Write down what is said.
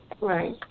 Right